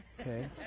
okay